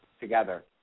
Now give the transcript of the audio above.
together